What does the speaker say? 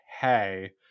hey